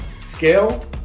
scale